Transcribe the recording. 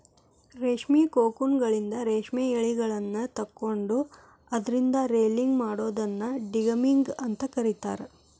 ರೇಷ್ಮಿ ಕೋಕೂನ್ಗಳಿಂದ ರೇಷ್ಮೆ ಯಳಿಗಳನ್ನ ತಕ್ಕೊಂಡು ಅದ್ರಿಂದ ರೇಲಿಂಗ್ ಮಾಡೋದನ್ನ ಡಿಗಮ್ಮಿಂಗ್ ಅಂತ ಕರೇತಾರ